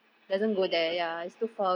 mm